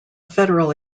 federal